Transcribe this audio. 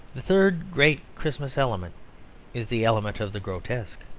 the third great christmas element is the element of the grotesque.